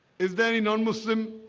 is there any non-muslim?